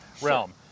realm